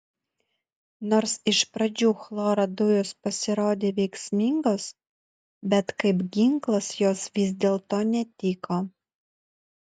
nors iš pradžių chloro dujos pasirodė veiksmingos bet kaip ginklas jos vis dėlto netiko